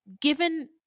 given